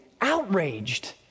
outraged